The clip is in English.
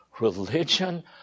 Religion